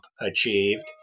achieved